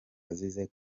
azize